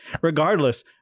regardless